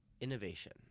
innovation